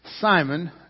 Simon